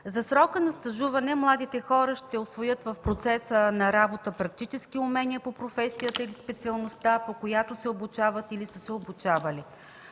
За срока на стажуване младите хора ще усвоят в процеса на работа практически умения по професията и специалността, по която се обучават или са се обучавали.